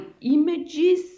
images